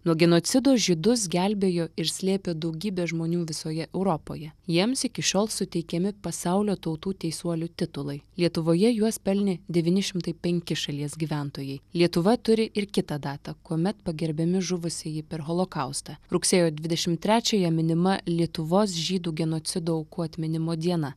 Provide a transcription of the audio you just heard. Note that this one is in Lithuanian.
nuo genocido žydus gelbėjo ir slėpė daugybė žmonių visoje europoje jiems iki šiol suteikiami pasaulio tautų teisuolių titulai lietuvoje juos pelnė devyni šimtai penki šalies gyventojai lietuva turi ir kitą datą kuomet pagerbiami žuvusieji per holokaustą rugsėjo dvidešimt trečiąją minima lietuvos žydų genocido aukų atminimo diena